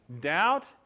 doubt